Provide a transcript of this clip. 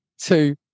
two